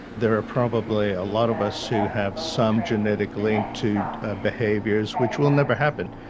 there are probably a lot of us who have some genetic link to ah behaviours which will never happen,